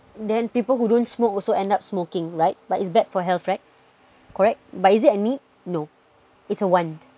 then people who don't smoke also end up smoking right but it's bad for health right correct but is it a need no it's a want